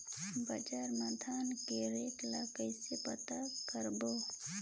बजार मा धान के रेट ला कइसे पता करबो?